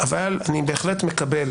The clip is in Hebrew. אני בהחלט מקבל